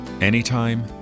anytime